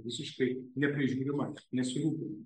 visiškai neprižiūrima nesirūpinama